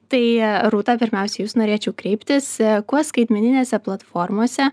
tai rūta pirmiausia į jus norėčiau kreiptis kuo skaitmeninėse platformose